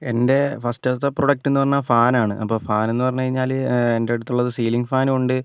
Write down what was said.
എൻ്റെ ഫസ്റ്റത്തെ പ്രൊഡക്റ്റ് എന്നു പറഞ്ഞാൽ ഫാൻ ആണ് അപ്പം ഫാൻ എന്ന് പറഞ്ഞു കഴിഞ്ഞാൽ എന്റെ അടുത്തുള്ളത് സീലിംഗ് ഫാനുമുണ്ട്